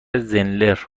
زلنر